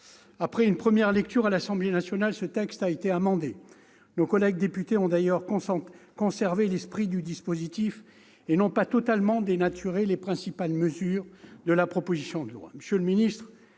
d'une première lecture à l'Assemblée nationale, ce texte a été amendé. Nos collègues députés ont d'ailleurs conservé l'esprit du dispositif et n'ont pas totalement dénaturé les principales mesures de la proposition de loi.